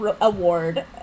award